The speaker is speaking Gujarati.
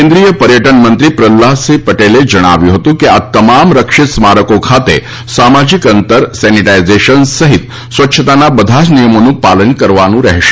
કેન્દ્રીય પર્યટન મંત્રી પ્રહલાદસિંહ પટેલે જણાવ્યું હતું કે આ તમામ રક્ષિત સ્મારકો ખાતે સામાજીક અંતર સેનીટાઈઝેશન સહિત સ્વચ્છતાના બધા જ નિયમોનું પાલન કરવાનું રહેશે